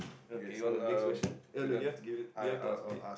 okay on to next question uh no you have to give it you have to ask me